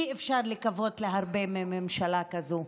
אי-אפשר לקוות להרבה מממשלה כזו.